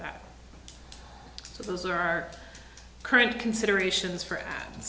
that so those are our current considerations for at